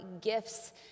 gifts